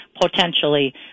potentially